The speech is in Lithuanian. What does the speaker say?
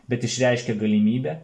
bet išreiškia galimybę